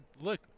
look –